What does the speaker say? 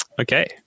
Okay